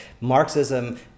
Marxism